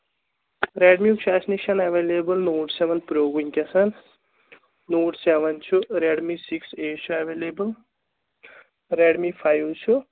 ریڈمِیُک چھُ اَسہِ نِش ایویلیبٕل نوٹ سٮ۪وَن پرٛو وٕنکٮ۪سَن نوٹ سٮ۪وَن چھُ ریڈمی سِکِس اے چھُ ایویلیبٕل ریڈمی فایِو چھُ